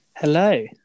Hello